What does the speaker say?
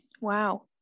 Wow